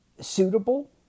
suitable